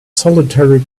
solitary